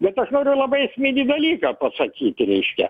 bet aš noriu labai esminį dalyką pasakyti reiškia